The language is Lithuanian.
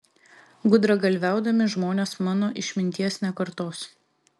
gudragalviaudami žmonės mano išminties nekartos